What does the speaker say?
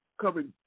covering